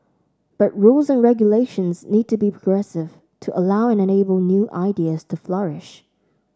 but rules and regulations need to be progressive to allow and enable new ideas to flourish